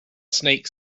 snake